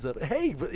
Hey